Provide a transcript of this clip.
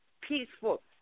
Peaceful